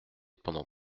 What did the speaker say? pendant